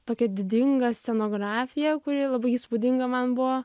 tokią didingą scenografiją kuri labai įspūdinga man buvo